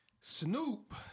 Snoop